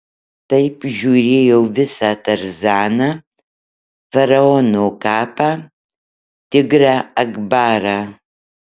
taip žiūrėjau visą tarzaną faraono kapą tigrą akbarą